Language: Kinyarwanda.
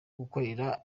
gukorera